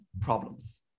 problems